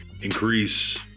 Increase